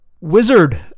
Wizard